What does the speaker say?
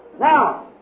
Now